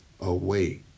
away